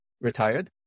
retired